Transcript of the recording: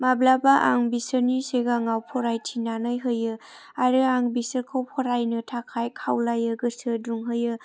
माब्लाबा आं बिसोरनि सिगाङाव फरायथिनानै होयो आरो आं बिसोरखौ फरायनो थाखाय खावलायो गोसो दुंहोयो